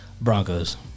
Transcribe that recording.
Broncos